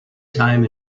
time